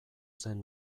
zen